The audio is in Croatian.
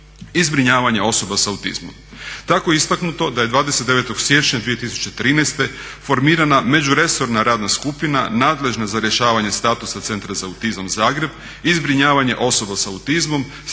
zbrinjavanje osoba sa autizmom